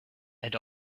and